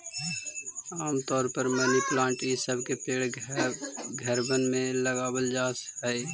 आम तौर पर मनी प्लांट ई सब के पेड़ घरबन में लगाबल जा हई